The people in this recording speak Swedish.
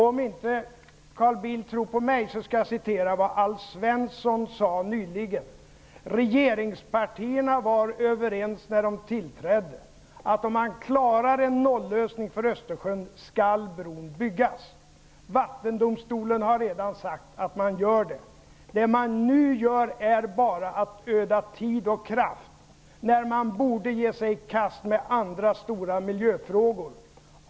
Om inte Carl Bildt tror på mig, skall jag återge vad Alf Svensson sade nyligen: Regeringspartierna var, när regeringen tillträdde, överens om att bron skulle byggas om man klarade en nollösning för Vattendomstolen har redan sagt att man gör det. Vad ni nu gör är bara att öda tid och kraft när ni borde ge er i kast med andra stora miljöfrågor.